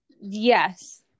Yes